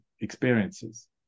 experiences